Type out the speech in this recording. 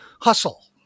hustle